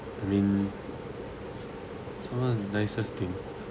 I mean some of the nicest thing